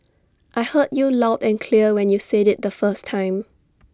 I heard you loud and clear when you said IT the first time